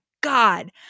God